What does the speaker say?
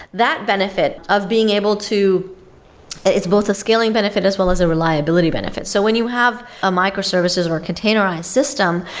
that benefit of being able to it's both a scaling benefit as well as a reliability benefit. so when you have a microservices or a containerized system,